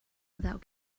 without